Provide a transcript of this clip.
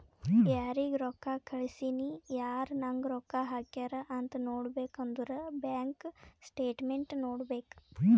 ಯಾರಿಗ್ ರೊಕ್ಕಾ ಕಳ್ಸಿನಿ, ಯಾರ್ ನಂಗ್ ರೊಕ್ಕಾ ಹಾಕ್ಯಾರ್ ಅಂತ್ ನೋಡ್ಬೇಕ್ ಅಂದುರ್ ಬ್ಯಾಂಕ್ ಸ್ಟೇಟ್ಮೆಂಟ್ ನೋಡ್ಬೇಕ್